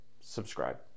subscribe